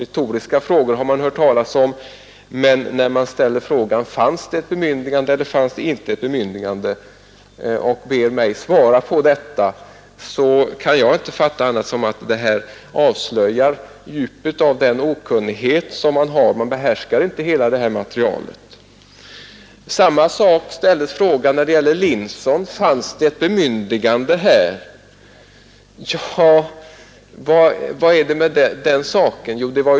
Retoriska frågor har man väl hört talas om, men när man ställer frågan huruvida det fanns ett bemyndigande eller inte och ber mig svara på det, så kan jag inte uppfatta det på annat sätt än att det avslöjar en djup okunnighet. Då behärskar man inte hela materialet. Samma sak frågades när det gällde Linson Instrument: Fanns det ett bemyndigande?